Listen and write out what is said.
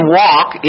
walk